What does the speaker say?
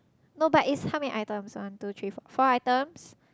no but its how many items one two three four four items